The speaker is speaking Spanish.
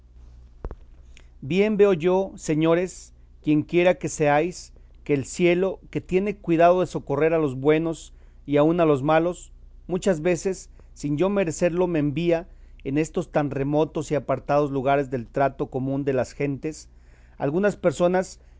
bien veo yo señores quienquiera que seáis que el cielo que tiene cuidado de socorrer a los buenos y aun a los malos muchas veces sin yo merecerlo me envía en estos tan remotos y apartados lugares del trato común de las gentes algunas personas